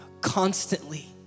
constantly